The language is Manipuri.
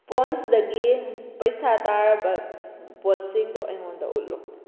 ꯄꯣꯟꯁꯗꯒꯤ ꯄꯩꯁꯥ ꯇꯥꯔꯕ ꯄꯣꯠꯁꯤꯡꯗꯣ ꯑꯩꯉꯣꯟꯗ ꯎꯠꯂꯨ